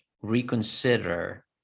reconsider